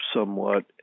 somewhat